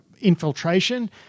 Infiltration